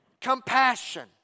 compassion